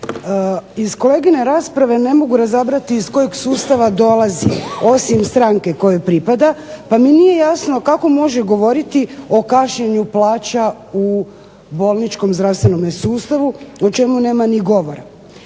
Iz kolegine rasprave ne mogu razabrati iz kojeg sustava dolazi osim stranke kojoj pripada pa mi nije jasno kako može govoriti o kašnjenju plaća u bolničkom zdravstvenom sustavu o čemu nema ni govora.